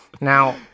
Now